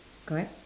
correct